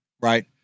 right